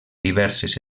diverses